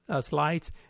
slides